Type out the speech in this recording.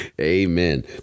Amen